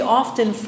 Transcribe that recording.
often